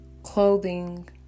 Clothing